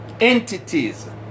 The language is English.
entities